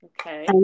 Okay